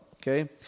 Okay